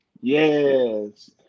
Yes